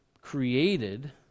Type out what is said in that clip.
created